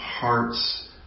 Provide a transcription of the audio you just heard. hearts